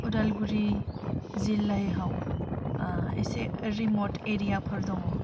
अदालगुरि जिल्लायाव एसे रिमट एरियाफोर दङ